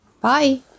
Bye